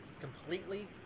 completely